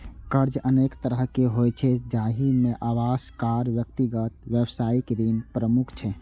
कर्ज अनेक तरहक होइ छै, जाहि मे आवास, कार, व्यक्तिगत, व्यावसायिक ऋण प्रमुख छै